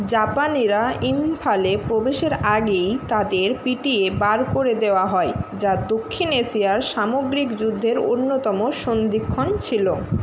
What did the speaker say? জাপানিরা ইম্ফলে প্রবেশের আগেই তাদের পিটিয়ে বার করে দেওয়া হয় যা দক্ষিণ এশিয়ার সামগ্রিক যুদ্ধের অন্যতম সন্ধিক্ষণ ছিলো